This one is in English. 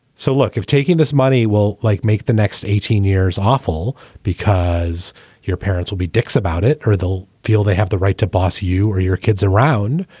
so, look, if taking this money well, like make the next eighteen years awful because your parents will be dicks about it or they'll feel they have the right to boss you or your kids around,